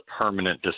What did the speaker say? permanent